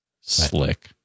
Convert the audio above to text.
Slick